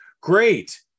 great